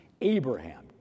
Abraham